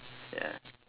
ya